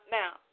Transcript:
now